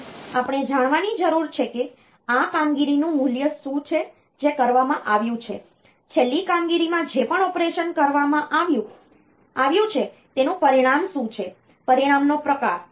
તેથી આપણે જાણવાની જરૂર છે કે આ કામગીરીનું મૂલ્ય શું છે જે કરવામાં આવ્યું છે છેલ્લી કામગીરીમાં જે પણ ઓપરેશન કરવામાં આવ્યું છે તેનું પરિણામ શું છે પરિણામનો પ્રકાર